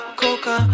coca